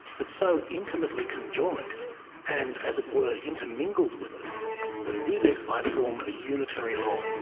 but so intimately conjoined and, as it were, intermingled with it, that with it i form a unitary whole.